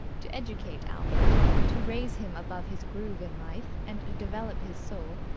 to educate albert to raise him above his groove in life and develop his soul,